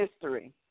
history